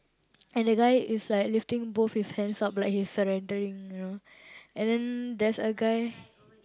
and the guy is like lifting both his hands up like he's surrendering you know and then there's a guy